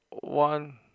one